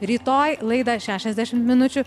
rytoj laidą šešiasdešimt minučių